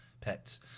Pets